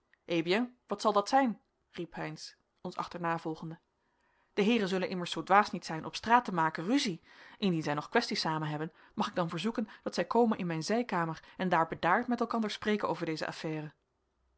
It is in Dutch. wat zal dat zijn riep heynsz ons achternavolgende de heeren zullen immers zoo dwaas niet zijn op straat te maken rusie indien zij nog quaestie samen hebben mag ik dan verzoeken dat zij komen in mijn zijkamer en daar bedaard met elkander spreken over deze affaire